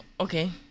okay